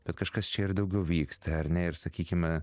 bet kažkas čia ir daugiau vyksta ar ne ir sakykime